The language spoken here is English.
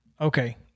okay